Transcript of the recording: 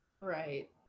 right